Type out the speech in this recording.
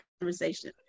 conversation